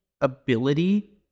ability